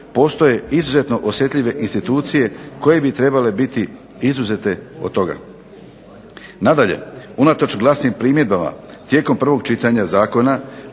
postoje izuzetno osjetljive institucije koje bi trebale biti izuzete od toga. Nadalje, unatoč glasnim primjedbama tijekom prvog čitanja zakona